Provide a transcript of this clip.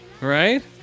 right